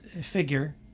figure